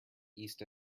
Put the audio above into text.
east